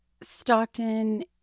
Stockton